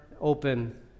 open